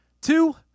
two